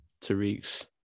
Tariq's